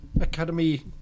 academy